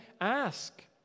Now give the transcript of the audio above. ask